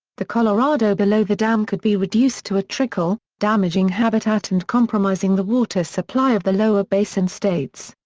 the colorado below the dam could be reduced to a trickle, damaging habitat and compromising the water supply of the lower basin states.